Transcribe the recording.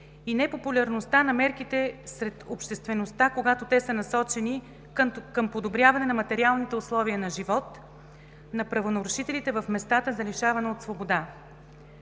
и непопулярността на мерките сред обществеността, когато те са насочени към подобряване на материалните условия на живот на правонарушителите в местата за лишаване от свобода.